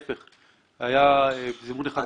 ההפך, היה זימון אחד.